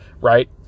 right